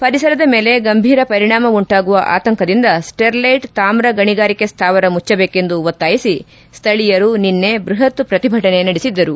ಪರಿಸರದ ಮೇಲೆ ಗಂಭೀರ ಪರಿಣಾಮ ಉಂಟಾಗುವ ಆತಂಕದಿಂದ ಸ್ಸೆರ್ಲೆಟ್ ತಾವು ಗಣಿಗಾರಿಕೆ ಸ್ಥಾವರ ಮುಚ್ಲದೇಕೆಂದು ಒತ್ತಾಯಿಸಿ ಸ್ವಳೀಯರು ನಿನ್ನೆ ಬೃಹತ್ ಪ್ರತಿಭಟನೆ ನಡೆಸಿದ್ದರು